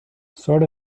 sort